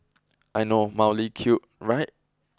I know mildly cute right